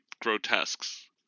grotesques